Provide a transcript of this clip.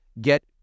get